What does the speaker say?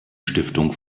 stiftung